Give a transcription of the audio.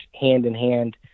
hand-in-hand